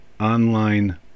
online